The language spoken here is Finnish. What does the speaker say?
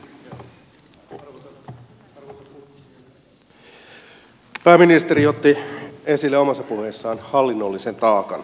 pääministeri otti esille omassa puheessaan hallinnollisen taakan